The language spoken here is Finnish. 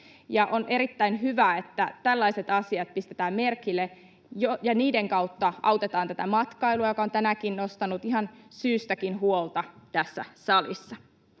On erittäin hyvä, että tällaiset asiat pistetään merkille ja niiden kautta autetaan matkailua, joka on tänäänkin nostanut ihan syystäkin huolta tässä salissa.